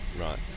right